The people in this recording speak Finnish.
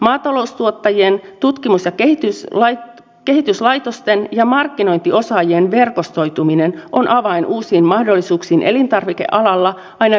maataloustuottajien tutkimus ja kehityslaitosten ja markkinointiosaajien verkostoituminen on avain uusiin mahdollisuuksiin elintarvikealalla aina vientimarkkinoille saakka